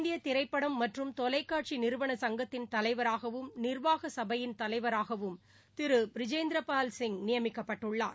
இந்தியதிரைப்படம் மற்றும் தொலைக்காட்சிநிறுவன சங்கத்தின் தலைவராகவும் நிர்வாகசபையின் திருபிரிஜேந்திரபால் சிங் நியமிக்கப்பட்டுள்ளார்